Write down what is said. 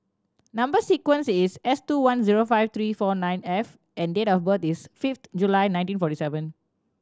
number sequence is S two one zero five three four nine F and date of birth is fifth July nineteen forty seven